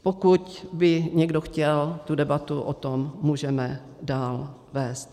Pokud by někdo chtěl, tu debatu o tom můžeme dál vést.